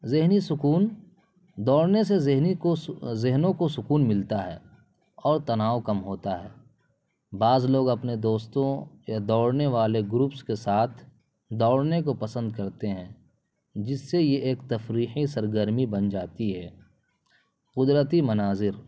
ذہنی سکون دوڑنے سے ذہنوں کو سکون ملتا ہے اور تناؤ کم ہوتا ہے بعض لوگ اپنے دوستوں یا دوڑنے والے گروپس کے ساتھ دوڑنے کو پسند کرتے ہیں جس سے یہ ایک تفریحی سرگرمی بن جاتی ہے قدرتی مناظر